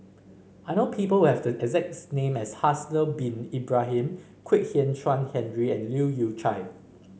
I know people who have the exacts name as Haslir Bin Ibrahim Kwek Hian Chuan Henry and Leu Yew Chye